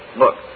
look